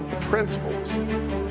principles